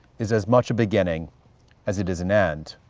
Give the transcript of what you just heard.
is as much a beginning as it is an end.